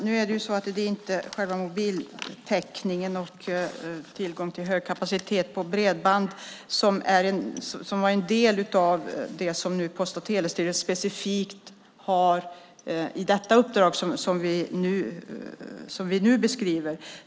Herr talman! Själva mobiltäckningen och tillgång till hög kapacitet på bredband är inte en del av det uppdrag som Post och telestyrelsen har som vi nu behandlar.